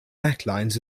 necklines